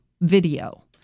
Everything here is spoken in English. video